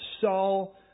Saul